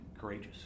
Courageous